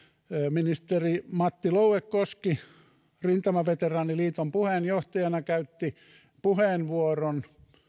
ministeri matti louekoski rintamaveteraaniliiton puheenjohtajana käytti puheenvuoron